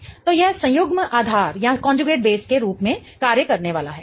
तो यह संयुग्म आधार के रूप में कार्य करने वाला है